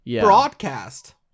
broadcast